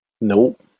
Nope